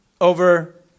over